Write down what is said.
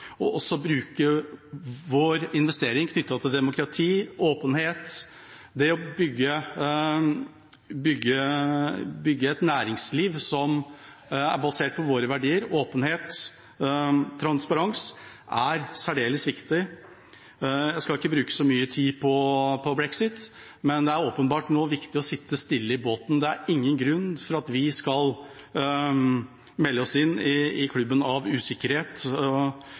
av. Også det å bruke vår investering på demokrati og åpenhet, det å bygge et næringsliv som er basert på våre verdier, åpenhet og transparens, er særdeles viktig. Jeg skal ikke bruke så mye tid på brexit, men det er åpenbart viktig nå å sitte stille i båten. Det er ingen grunn til at vi skal melde oss inn i klubben av usikkerhet,